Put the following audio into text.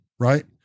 Right